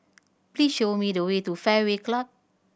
please show me the way to Fairway Club